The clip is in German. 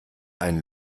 einen